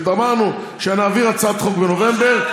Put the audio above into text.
אמרנו שנעביר הצעת חוק בנובמבר,